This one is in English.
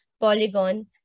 polygon